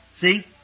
See